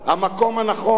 המקום הנכון,